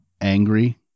angry